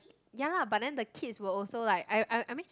ya lah but then the kids will also like I I I mean